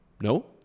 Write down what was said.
No